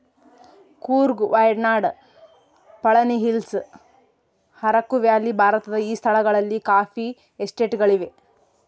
Coorg Wayanad Palani hills Araku valley ಭಾರತದ ಈ ಸ್ಥಳಗಳಲ್ಲಿ ಕಾಫಿ ಎಸ್ಟೇಟ್ ಗಳಿವೆ